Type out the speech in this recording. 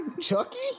Chucky